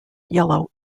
yellow